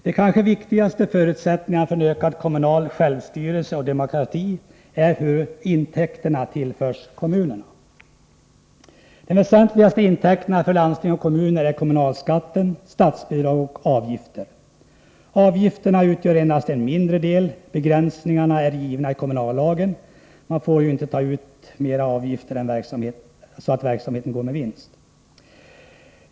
Den kanske viktigaste förutsättningen för ökad kommunal självstyrelse och demokrati är det sätt på vilket intäkterna tillförs kommunerna. De väsentligaste intäkterna för landsting och kommuner är kommunalskatt, statsbidrag och avgifter. Avgifterna utgör endast en mindre del. Begränsningarna är givna i kommunallagen — man får inte ta ut så stora avgifter att verksamheter går med vinst.